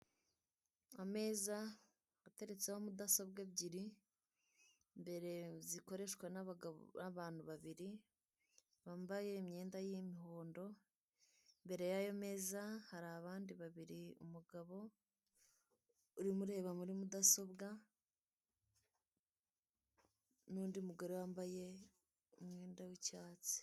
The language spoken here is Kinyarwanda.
Ameza ateretseho mudasobwa ebyiri, zikoreshwa n'abantu babiri bambaye imyenda y'imihondo, imbere yayo meza hari abandi babiri, umugabo umureba muri mudasobwa n'undi mugore wambaye umwenda w'icyatsi.